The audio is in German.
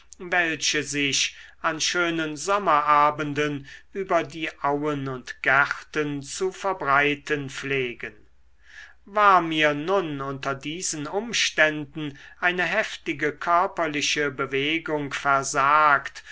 welche sich an schönen sommerabenden über die auen und gärten zu verbreiten pflegen war mir nun unter diesen umständen eine heftige körperliche bewegung versagt